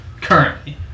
currently